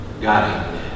God